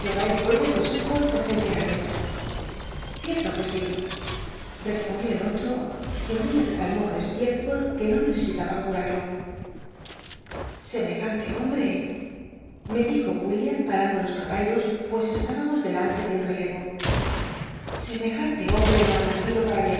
bueyes de suffolk por centenares cierto que si respondió el oli'o que olia de tal modo í cslie col que no necesitaba jurarlo semejante hombre me dijo william parando los caballos pues estábamos delante de un rele o e no ba nacido pma